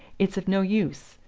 it's of no use,